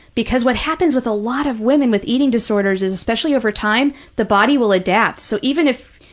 because what happens with a lot of women with eating disorders is, especially over time, the body will adapt. so even if,